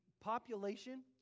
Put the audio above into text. population